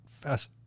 fast